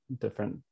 different